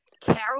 Carol